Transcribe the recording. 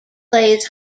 plays